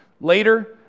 Later